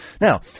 Now